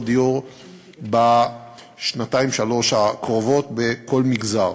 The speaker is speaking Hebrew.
דיור בשנתיים-שלוש הקרובות בכל מגזר.